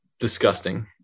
Disgusting